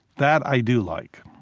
that i do like.